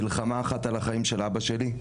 מלחמה אחת על החיים של אבא שלי,